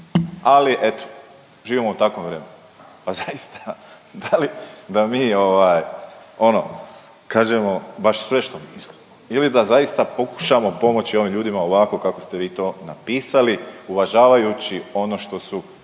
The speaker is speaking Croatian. Ali, eto, živimo u takvom vremenu. A zaista, da li, da nije ovaj, ono, kažemo, baš sve što mislimo ili da zaista pokušamo pomoći ovim ljudima ovako kako ste vi to napisali, uvažavajući ono što su